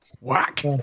Whack